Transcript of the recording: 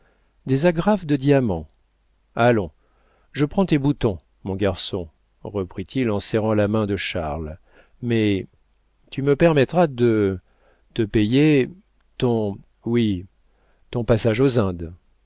des agrafes de diamants allons je prends tes boutons mon garçon reprit-il en serrant la main de charles mais tu me permettras de te payer ton oui ton passage aux